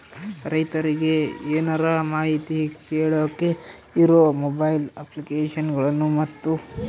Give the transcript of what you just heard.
ರೈತರಿಗೆ ಏನರ ಮಾಹಿತಿ ಕೇಳೋಕೆ ಇರೋ ಮೊಬೈಲ್ ಅಪ್ಲಿಕೇಶನ್ ಗಳನ್ನು ಮತ್ತು?